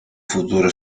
futuro